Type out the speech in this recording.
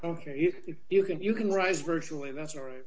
if you can you can rise virtually that's all right